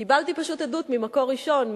קיבלתי פשוט עדות ממקור ראשון,